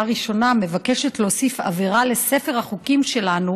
ראשונה מבקשת להוסיף עבירה לספר החוקים שלנו,